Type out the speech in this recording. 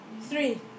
three